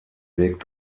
weg